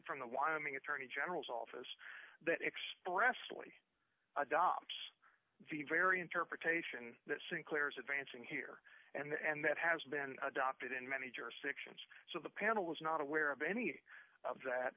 from the wyoming attorney general's office that expressly adopts the very interpretation that sinclair is advancing here and that has been adopted in many jurisdictions so the panel was not aware of any of that